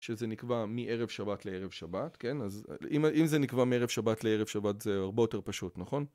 שזה נקבע מערב שבת לערב שבת, כן, אז אם זה נקבע מערב שבת לערב שבת זה הרבה יותר פשוט, נכון?